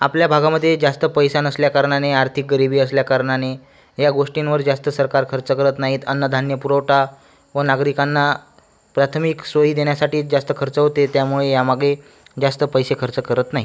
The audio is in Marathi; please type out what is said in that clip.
आपल्या भागामध्ये जास्त पैसा नसल्याकारणाने आर्थिक गरिबी असल्याकारणाने या गोष्टींवर जास्त सरकार खर्च करत नाहीत अन्नधान्य पुरवठा व नागरिकांना प्राथमिक सोयी देण्यासाठी जास्त खर्च होते त्यामुळे यामागे जास्त पैसे खर्च करत नाहीत